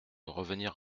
revenir